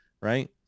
Right